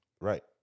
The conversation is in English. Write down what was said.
right